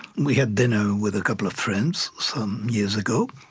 we had dinner with a couple of friends some years ago.